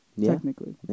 technically